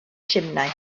simnai